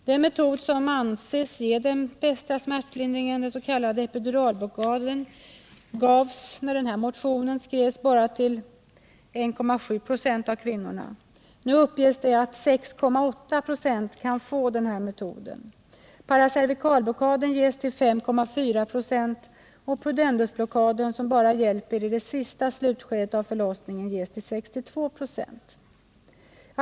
Den metod som anses ge den bästa smärtlindringen, epiduralblockaden, gavs, när denna motion skrevs, bara till 1,7 96 av kvinnorna. Nu uppges att 6,8 26 kan få denna lindring. Paracervikalblockaden ges till 5,4 96, och pudendusblockaden, som bara hjälper i sista slutskedet av förlossningen, ges till 62 96.